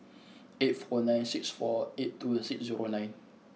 eight four nine six four eight two six zero nine